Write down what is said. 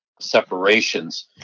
separations